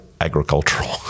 agricultural